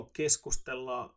keskustella